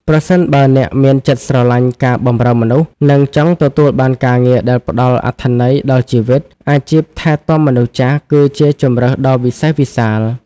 ប្រសិនបើអ្នកមានចិត្តស្រឡាញ់ការបម្រើមនុស្ស និងចង់ទទួលបានការងារដែលផ្តល់អត្ថន័យដល់ជីវិត អាជីពថែទាំមនុស្សចាស់គឺជាជម្រើសដ៏វិសេសវិសាល។